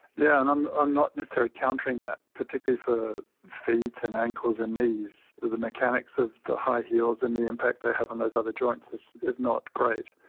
yeah and i'm i'm not necessarily countering that, particularly for feet and ankles and knees. the the mechanics of the high heels and the impact they have on those other joints is is not great.